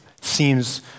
seems